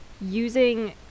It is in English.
using